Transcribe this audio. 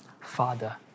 Father